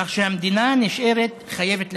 כך שהמדינה נשארת חייבת להם,